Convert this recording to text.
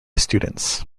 students